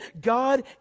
god